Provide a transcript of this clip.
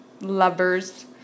lovers